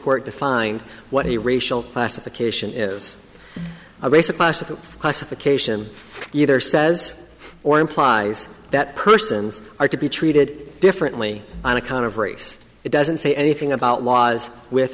court defined what he racial classification is a race or class of classification either says or implies that persons are to be treated differently on account of race it doesn't say anything about laws with